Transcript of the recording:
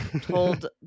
told